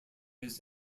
his